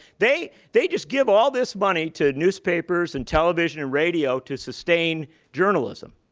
they they just give all this money to newspapers and television and radio to sustain journalism.